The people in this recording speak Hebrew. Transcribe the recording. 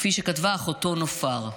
כפי שכתבה אחותו נופר.